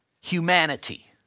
humanity